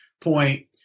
point